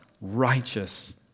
righteous